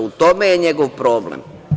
U tome je njegov problem.